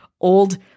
old